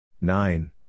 Nine